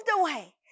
away